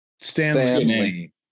stanley